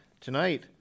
tonight